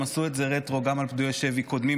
הם עשו את זה רטרו גם על פדויי שבי קודמים,